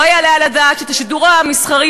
לא יעלה על הדעת שאת השידור המסחרי,